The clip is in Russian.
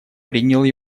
принял